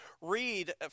read